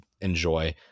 enjoy